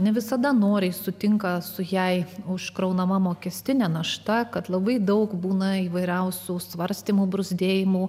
ne visada noriai sutinka su jei užkraunama mokestinė našta kad labai daug būna įvairiausių svarstymų bruzdėjimų